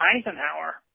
Eisenhower